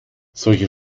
solche